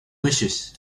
wishes